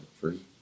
Free